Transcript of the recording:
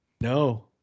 No